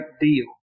deal